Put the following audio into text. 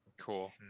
Cool